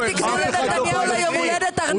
אני מציעה שתיקנו לנתניהו ליום הולדת ארנק.